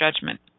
judgment